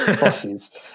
bosses